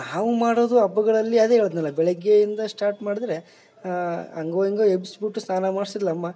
ನಾವು ಮಾಡೋದು ಹಬ್ಗಳಲ್ಲಿ ಅದೇ ಹೇಳಿದ್ನಲ್ಲ ಬೆಳಗ್ಗೆಯಿಂದ ಸ್ಟಾರ್ಟ್ ಮಾಡಿದ್ರೆ ಹಂಗೋ ಹಿಂಗೋ ಎಬ್ಸಿ ಬಿಟ್ಟು ಸ್ನಾನ ಮಾಡಿಸಿದ್ಲಮ್ಮ